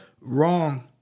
wrong